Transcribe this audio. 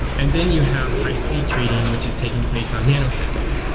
and then, you have high-speed trading, which is taking place on nanoseconds.